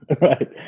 Right